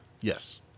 Yes